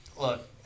look